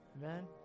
man